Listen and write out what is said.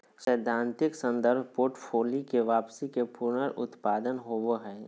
सैद्धांतिक संदर्भ पोर्टफोलि के वापसी के पुनरुत्पादन होबो हइ